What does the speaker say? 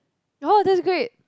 oh that's great